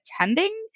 attending